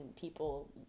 people